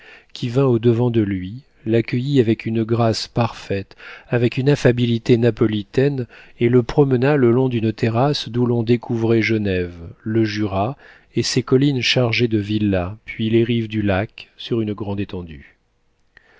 qui vint au-devant de lui l'accueillit avec une grâce parfaite avec une affabilité napolitaine et le promena le long d'une terrasse d'où l'on découvrait genève le jura et ses collines chargées de villas puis les rives du lac sur une grande étendue